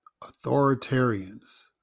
authoritarians